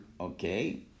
okay